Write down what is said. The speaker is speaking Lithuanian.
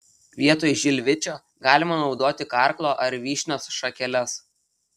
vietoj žilvičio galima naudoti karklo ar vyšnios šakeles